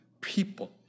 people